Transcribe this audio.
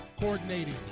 Coordinating